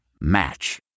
Match